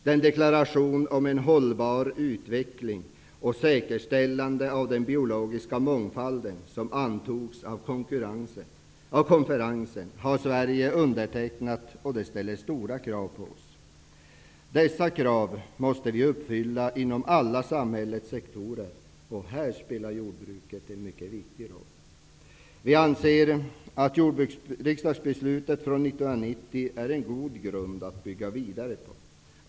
Den deklaration om en hållbar utveckling och säkerställande av den biologiska mångfalden som antogs av konferensen har Sverige undertecknat, och detta ställer stora krav på oss. Dessa krav måste vi uppfylla inom samhällets alla sektorer. Här spelar jordbruket en mycket viktig roll. Vi anser att riksdagsbeslutet från 1990 är en god grund att bygga vidare på.